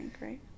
right